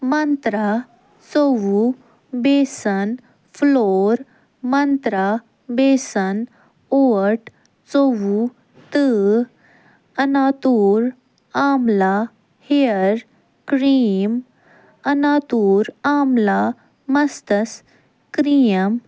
منترا ژۄوُہ besan flour Mantra besan oat ژۄوُہ تہٕ اَناتوٗر آملا ہیر کریٖم اناتوٗر آملا مستس کریم